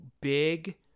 big